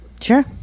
Sure